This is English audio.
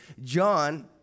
John